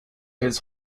his